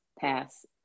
Pass